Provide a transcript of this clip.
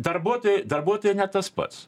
darbuotojui darbuotojai ne tas pats